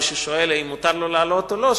הוא שואל אם מותר לו לעלות או לא,